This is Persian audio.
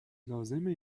لازمه